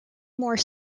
more